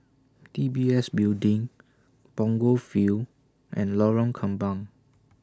D B S Building Punggol Field and Lorong Kembang